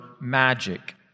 Magic